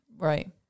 Right